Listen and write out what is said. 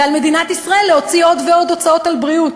ועל מדינת ישראל להוציא עוד ועוד הוצאות על בריאות.